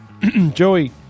Joey